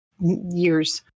years